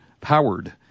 powered